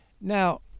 Now